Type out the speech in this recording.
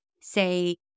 say